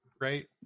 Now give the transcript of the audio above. right